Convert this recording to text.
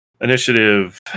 Initiative